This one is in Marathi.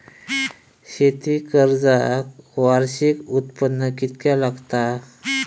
शेती कर्जाक वार्षिक उत्पन्न कितक्या लागता?